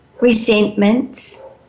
resentments